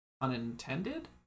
unintended